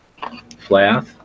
Flath